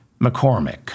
McCormick